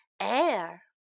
Air